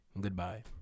Goodbye